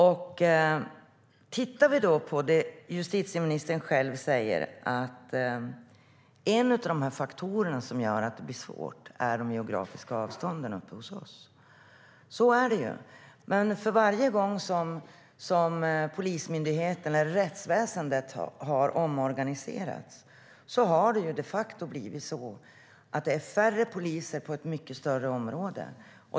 Om vi då tittar på det som justitieminister säger, att en av faktorerna som gör det hela svårt är de geografiska avstånden i mina hemtrakter, så stämmer det. Men varje gång som polismyndigheten eller rättsväsendet har omorganiserats har det de facto inneburit att det blivit färre poliser på ett mycket större område.